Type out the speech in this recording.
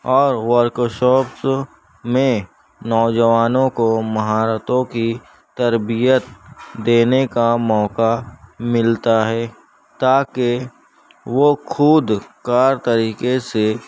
اور ورکشاپس میں نوجوانوں کو مہارتوں کی تربیت دینے کا موقع ملتا ہے تاکہ وہ خود کار طریقے سے